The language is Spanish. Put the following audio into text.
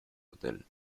hotel